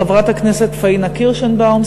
חברת הכנסת פניה קירשנבאום,